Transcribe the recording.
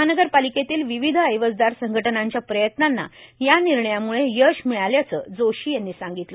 महानगरपालिकेतील विविध ऐवजदार संघटनांच्या प्रयत्नांना या निर्णयाम्ळे यश मिळाल्याचं जोशी यांनी सांगितले